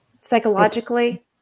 psychologically